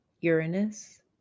Uranus